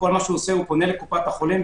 הוא פונה לקופת החולים,